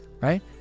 Right